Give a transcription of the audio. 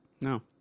No